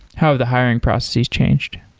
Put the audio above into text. how are the hiring processes changed?